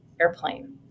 airplane